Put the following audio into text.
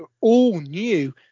all-new